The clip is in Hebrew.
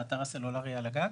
לאתר הסלולרי על הגג,